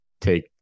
take